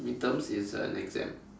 midterms is an exam